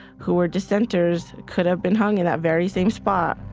who were dissenters, could have been hung in that very same spot